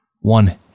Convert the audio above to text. one